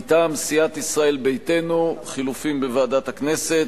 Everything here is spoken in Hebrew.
מטעם סיעת ישראל ביתנו: חילופים בוועדת הכנסת,